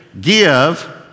Give